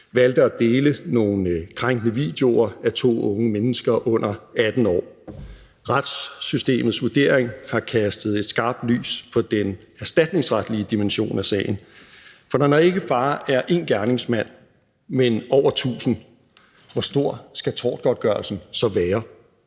valgte at dele nogle krænkende videoer af to unge mennesker under 18 år. Retssystemets vurdering har kastet et skarpt lys på den erstatningsretlige dimension af sagen. For når der ikke bare er én gerningsmand, men over tusind, hvor stor skal tortgodtgørelsen så være?